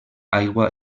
aigua